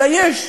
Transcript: אלא יש,